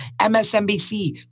MSNBC